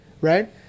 Right